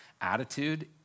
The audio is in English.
attitude